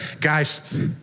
Guys